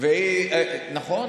נכון.